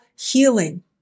healing